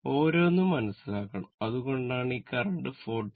ഓരോന്നും മനസ്സിലാക്കണം അതുകൊണ്ടാണ് ഈ കറന്റ് 45o